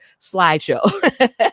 slideshow